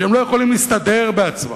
שהם לא יכולים להסתדר בעצמם.